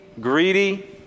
greedy